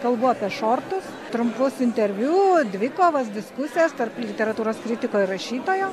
kalbu apie šortus trumpus interviu dvikovas diskusijas tarp literatūros kritiko ir rašytojo